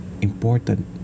important